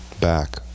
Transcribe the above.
back